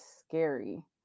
scary